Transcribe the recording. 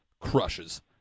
crushes